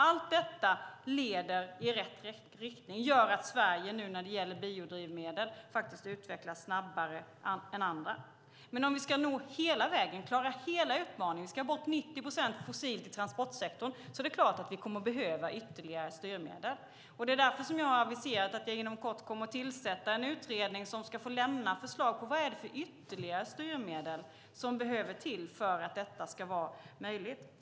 Allt detta leder i rätt riktning och gör att Sverige när det gäller biodrivmedel faktiskt utvecklas snabbare än andra. Men om vi ska nå hela vägen, klara hela utmaningen - vi ska ha bort 90 procent fossilt i transportsektorn - är det klart att vi kommer att behöva ytterligare styrmedel. Det är därför som jag har aviserat att jag inom kort kommer att tillsätta en utredning som ska få lämna förslag om vad det är för ytterligare styrmedel som behövs för att detta ska vara möjligt.